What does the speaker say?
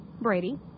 Brady